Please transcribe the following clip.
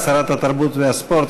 שרת התרבות והספורט,